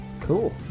Cool